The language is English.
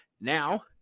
Now